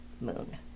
moon